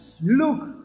Look